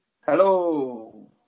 Hello